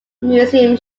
museum